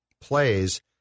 plays